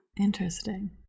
interesting